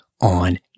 on